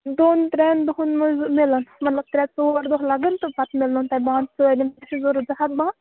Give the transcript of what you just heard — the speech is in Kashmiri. دون ترٛٮ۪ن دۄہن منٛز مِلَن مطلب ترٛےٚ ژور دۄہ لگن تہٕ پتہٕ مِلنو تۄہہِ بانہٕ سٲلِم